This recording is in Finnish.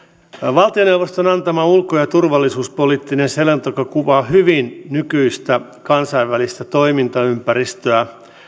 valtioneuvoston antama ulko ja turvallisuuspoliittinen selonteko kuvaa hyvin nykyistä kansainvälistä toimintaympäristöä